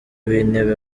w’intebe